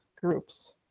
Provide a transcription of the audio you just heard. groups